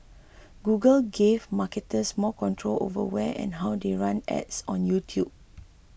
Google gave marketers more control over where and how they run ads on YouTube